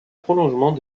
prolongement